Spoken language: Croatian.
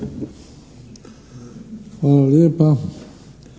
Hvala lijepa.